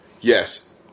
Yes